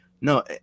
No